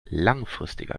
langfristiger